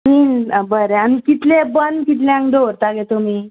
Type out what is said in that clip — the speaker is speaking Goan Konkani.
बरें आनी कितलें बंद कितल्यांक दवरता गे तुमी